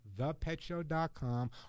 thepetshow.com